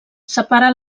separa